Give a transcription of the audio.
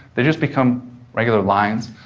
they just become regular lines,